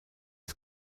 des